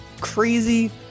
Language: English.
crazy